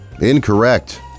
Incorrect